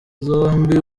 zombi